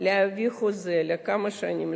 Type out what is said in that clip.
צריכים להביא חוזה לכמה שנים,